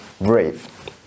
Brave